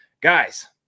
Guys